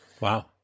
Wow